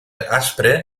aspre